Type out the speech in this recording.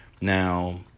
Now